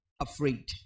afraid